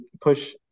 push